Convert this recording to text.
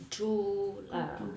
true lah